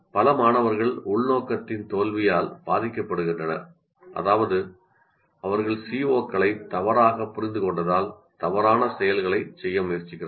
பல மாணவர்கள் உள்நோக்கத்தின் தோல்வியால் பாதிக்கப்படுகின்றனர் அதாவது அவர்கள் CO களை தவறாகப் புரிந்துகொண்டதால் தவறான செயல்களைச் செய்ய முயற்சிக்கிறார்கள்